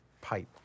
pipe